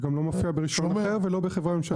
זה גם לא מופיע ברישיון אחר ולא בחברה ממשלתית אחרת.